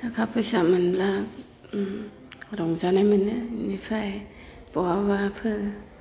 थाखा फैसा मोनब्ला ओम रंजानाय मोनो बेनिफाय बहाबाफोर